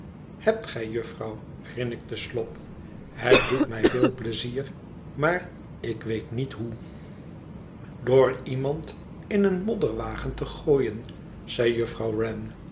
hebt gij juffrouw grinnikte slop ihet doet mij veel pleizier maar ik weet niet hoe door iemand in een modderwagen te gooien zei juffrouw